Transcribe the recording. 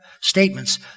statements